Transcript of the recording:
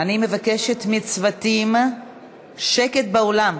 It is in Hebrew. אני מבקשת מהצוותים שקט באולם.